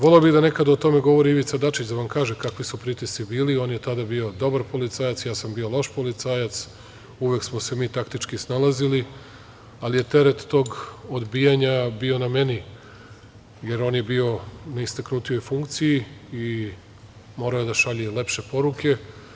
Voleo bih da nekada o tome govori i Ivica Dačić, da vam kaže kakvi su pritisci bili, on je tada bio dobar policajac, ja sam bio loš policajac, uvek smo se mi taktički snalazili, ali je teret tog odbijanja bio na meni, jer on je bio na istaknutijoj funkciji i morao je da šalje lepše poruke.